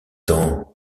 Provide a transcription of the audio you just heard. dans